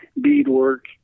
beadwork